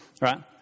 Right